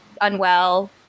unwell